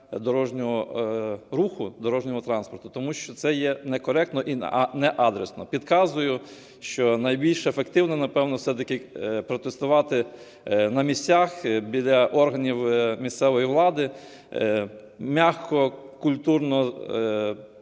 дорожнього руху, дорожнього транспорту, тому що це є некоректно і неадресно. Підказую, що найбільш ефективно, напевно, все-таки протестувати на місцях, біля органів місцевої влади, м'яко, культурно,